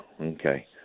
Okay